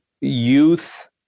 youth